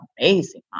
amazing